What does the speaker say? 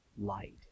light